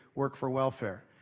work for welfare.